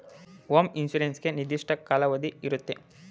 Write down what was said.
home insurance ಗೆ ನಿರ್ದಿಷ್ಟ ಕಾಲಾವಧಿ ಇರುತ್ತೆ